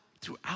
throughout